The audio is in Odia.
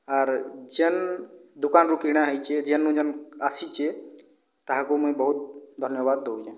ଆର୍ ଯେନ୍ ଦୁକାନ୍ରୁ କିଣା ହେଇଛେ ଯେନ୍ନୁ ଯେନ୍ନୁ ଆସିଛେ ତାହାକୁ ମୁଇଁ ବହୁତ ଧନ୍ୟବାଦ ଦଉଛେଁ